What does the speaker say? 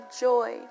joy